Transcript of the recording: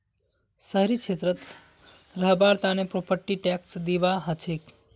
शहरी क्षेत्रत रहबार तने प्रॉपर्टी टैक्स दिबा हछेक